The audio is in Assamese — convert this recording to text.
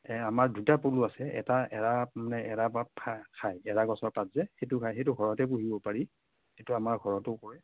এই আমাৰ দুটা পলু আছে এটা এৰা মানে এৰাৰ পাত খাই এৰাগছৰ পাত যে সেইটো খাই সেইটো ঘৰতে পোহিব পাৰি সেইটো আমাৰ ঘৰতো পোহে